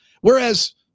Whereas